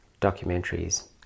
documentaries